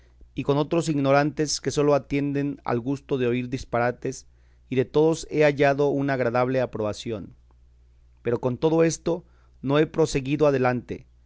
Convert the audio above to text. y con otros ignorantes que sólo atienden al gusto de oír disparates y de todos he hallado una agradable aprobación pero con todo esto no he proseguido adelante